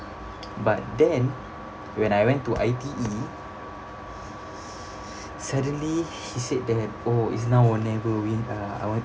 but then when I went to I_T_E suddenly she said that oh it's now or never we uh I want